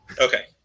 Okay